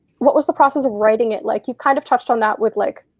what was the process of writing it like you? kind of touched on that with, like,